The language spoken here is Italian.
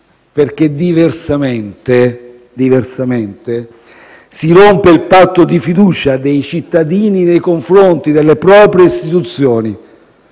perché, diversamente, si rompe il patto di fiducia dei cittadini nei confronti delle proprie istituzioni.